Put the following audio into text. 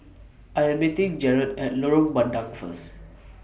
I Am meeting Jarod At Lorong Bandang First